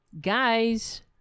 Guys